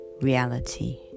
reality